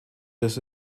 this